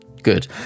Good